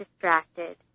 distracted